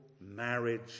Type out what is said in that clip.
marriage